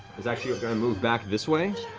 it's actually going to move back this way.